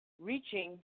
Reaching